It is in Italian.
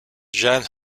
jan